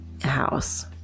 house